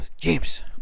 James